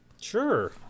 sure